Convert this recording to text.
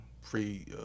free